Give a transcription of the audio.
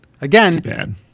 Again